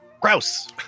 Gross